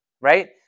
right